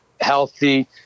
healthy